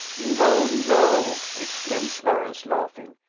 no, no, exclaimed clarence, laughing,